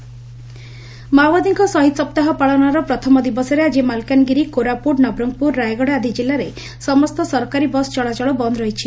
ଶହୀଦ ସପ୍ତାହ ମାଓବାଦୀଙ୍କ ଶହୀଦ ସପ୍ତାହ ପାଳନର ପ୍ରଥମ ଦିବସରେ ଆକି ମାଲକାନଗିରି କୋରାପୁଟ ନବରଙ୍ଙପୁର ରାୟଗଡ଼ା ଆଦି ଜିଲ୍ଲାରେ ସମସ୍ତ ସରକାରୀ ବସ ଚଳାଚଳ ବନ୍ଦ ରହିଛି